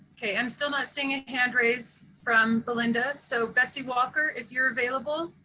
ok, i'm still not seeing a handraise from belinda, so betsy walker, if you're available,